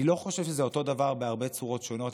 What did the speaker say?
אני לא חושב שזה אותו דבר בהרבה צורות שונות,